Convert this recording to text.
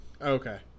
Okay